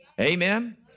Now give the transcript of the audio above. Amen